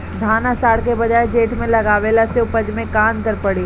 धान आषाढ़ के बजाय जेठ में लगावले से उपज में का अन्तर पड़ी?